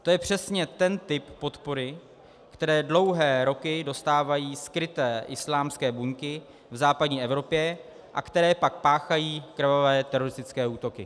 To je přesně ten typ podpory, který dlouhé roky dostávají skryté islámské buňky v západní Evropě, které pak páchají krvavé teroristické útoky.